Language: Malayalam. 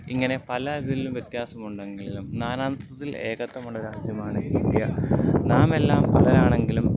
ഇങ്ങനെ പല ഇതിലും വ്യത്യാസമുണ്ടെങ്കിലും നാനാത്വത്തിൽ ഏകത്വമുള്ള രാജ്യമാണ് ഇന്ത്യ നാമെല്ലാം പലരാണെങ്കിലും